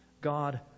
God